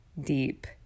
deep